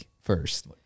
first